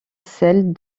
celle